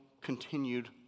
continued